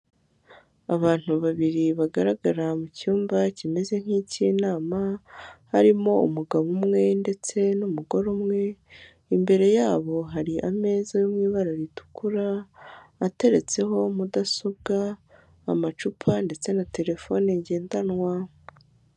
Abantu babiri bagaragara mu cyumba kimeze nk'cy'inama, harimo umugabo umwe ndetse n'umugore umwe, imbere yabo hari ameza yo mu ibara ritukura ateretseho mudasobwa, amacupa ndetse na terefone ngendanwa.